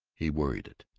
he worried it